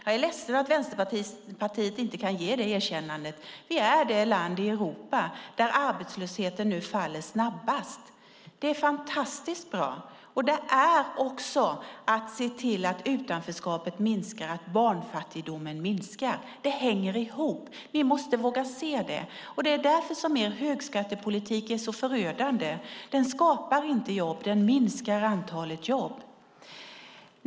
Jag är ledsen att Vänsterpartiet inte kan ge det erkännandet. Vi är det land i Europa där arbetslösheten faller snabbast. Det är fantastiskt bra! Det är att se till att utanförskapet minskar och att barnfattigdomen minskar. Det hänger ihop. Vi måste våga se det, och det är därför som er högskattepolitik är så förödande. Den skapar inte jobb, den minskar antalet jobb.